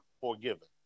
forgiven